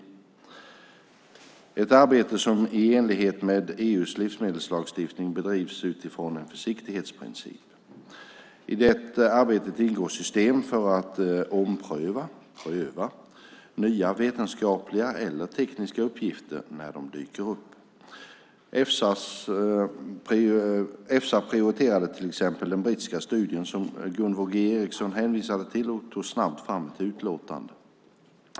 Det är ett arbete som i enlighet med EU:s livsmedelslagstiftning bedrivs utifrån en försiktighetsprincip. I det arbetet ingår system för att ompröva eller pröva nya vetenskapliga eller tekniska uppgifter när de dyker upp. Efsa prioriterade till exempel den brittiska studien som Gunvor G Ericson hänvisar till och tog snabbt fram ett utlåtande.